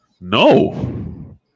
No